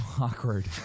awkward